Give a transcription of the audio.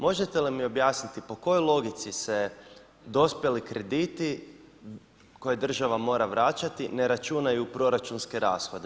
Možete li mi objasniti po kojoj logici se dospjeli krediti koje država mora vraćati, ne računaju u proračunske rashode?